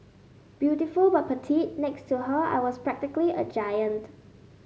beautiful but petite next to her I was practically a giant